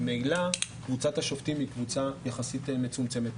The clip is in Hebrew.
ממילא קבוצת השופטים היא קבוצה יחסית מצומצמת.